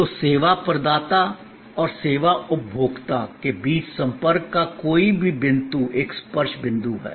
तो सेवा प्रदाता और सेवा उपभोक्ता के बीच संपर्क का कोई भी बिंदु एक स्पर्श बिंदु है